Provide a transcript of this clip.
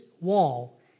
wall